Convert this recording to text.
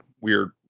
Weird